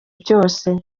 byose